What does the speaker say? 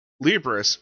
Libris